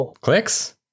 clicks